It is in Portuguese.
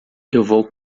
vou